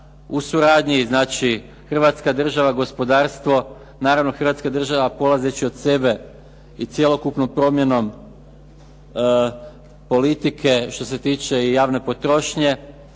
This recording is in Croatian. u suradnji znači Hrvatska država, gospodarstvo, naravno Hrvatska država polazeći od sebe i cjelokupnom promjenom politike što se tiče i javne potrošnje